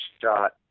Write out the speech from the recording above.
shot